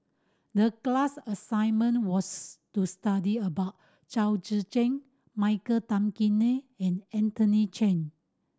the class assignment was to study about Chao Tzee Cheng Michael Tan Kim Nei and Anthony Chen